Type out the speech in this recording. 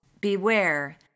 Beware